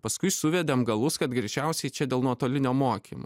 paskui suvedėm galus kad greičiausiai čia dėl nuotolinio mokymo